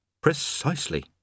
Precisely